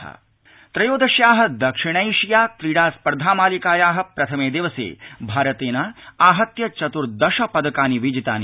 Asia क्रीडास्पर्धा त्रयोदश्या दक्षिणैशिया क्रीडा स्पर्धा मालिकाया प्रथमे दिवसे भारतेन आहत्य चतूर्दश पदकानि विजितानि